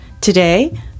Today